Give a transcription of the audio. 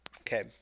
Okay